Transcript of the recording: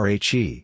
Rhe